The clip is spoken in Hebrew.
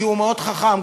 שהוא מאוד חכם,